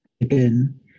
again